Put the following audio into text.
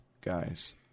guys